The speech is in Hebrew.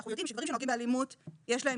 כשאנחנו יודעים שגברים שנוהגים באלימות יש להם